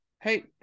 Hey